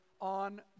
on